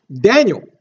Daniel